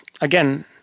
again